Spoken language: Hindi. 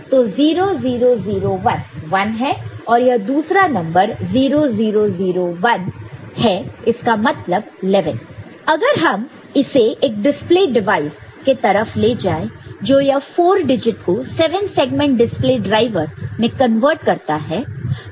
तो 0 0 0 1 1 है और यह दूसरा नंबर 0 0 0 1 है इसका मतलब 1 1 अगर हम इसे एक डिस्प्ले डिवाइस के तरफ ले जाए जो यह 4 डिजिट को 7 सेगमेंट डिस्पले ड्राइवर में कन्वर्ट करता है